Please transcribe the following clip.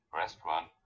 restaurant